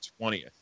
20th